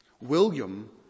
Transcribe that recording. William